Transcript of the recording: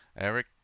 Eric